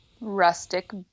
rustic